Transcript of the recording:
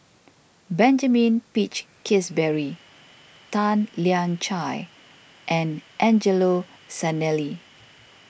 Benjamin Peach Keasberry Tan Lian Chye and Angelo Sanelli